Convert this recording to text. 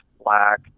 black